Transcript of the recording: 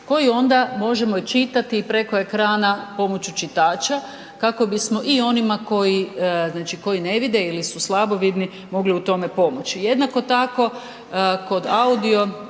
koji onda možemo i čitati preko ekrana pomoću čitača kako bismo i onima koji znači koji ne vide ili su slabovidni mogli u tome pomoći. Jednako tako kod audio